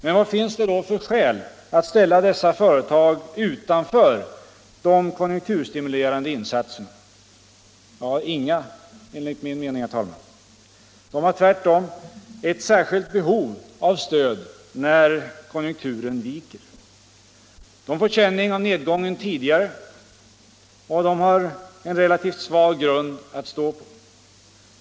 Men vad finns det för skäl att ställa dessa företag utanför de konjunkturstimulerande insatserna? Inga, enligt min mening, herr talman! De har tvärtom ett särskilt behov av stöd när konjunkturen viker. De får känning av nedgången tidigare och har en relativt svag grund att stå på.